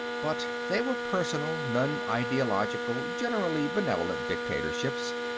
but they were personal, non-ideological, generally benevolent, dictatorships,